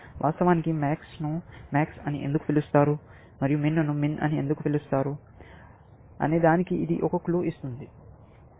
వాస్తవానికి MAX ను MAX అని ఎందుకు పిలుస్తారు మరియు MIN ను MIN అని ఎందుకు పిలుస్తారు అనేదానికి ఇది ఒక క్లూ ఇస్తుంది